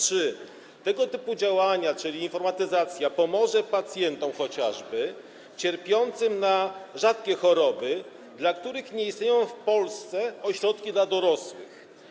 Czy tego typu działania, czyli informatyzacja, pomoże chociażby pacjentom cierpiącym na rzadkie choroby, dla których nie istnieją w Polsce ośrodki dla dorosłych?